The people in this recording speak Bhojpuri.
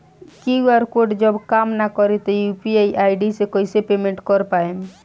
क्यू.आर कोड जब काम ना करी त यू.पी.आई आई.डी से कइसे पेमेंट कर पाएम?